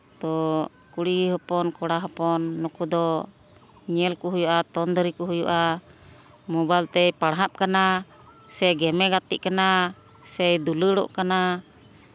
ᱛᱳ ᱠᱩᱲᱤ ᱦᱚᱯᱚᱱ ᱠᱚᱲᱟ ᱦᱚᱯᱚᱱ ᱱᱩᱠᱩ ᱫᱚ ᱧᱮᱞ ᱠᱚ ᱦᱩᱭᱩᱜᱼᱟ ᱛᱚᱱᱫᱨᱤ ᱠᱚ ᱦᱩᱭᱩᱜᱼᱟ ᱢᱳᱵᱟᱭᱤᱞ ᱛᱮ ᱯᱟᱲᱦᱟᱜ ᱠᱟᱱᱟ ᱥᱮ ᱜᱮ ᱢ ᱮ ᱜᱟᱛᱮᱜ ᱠᱟᱱᱟ ᱥᱮ ᱫᱩᱞᱟᱹᱲᱚᱜ ᱠᱟᱱᱟ